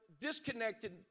disconnected